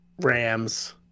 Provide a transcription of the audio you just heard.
Rams